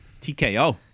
TKO